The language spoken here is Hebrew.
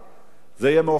זה יהיה מאוחר מדי.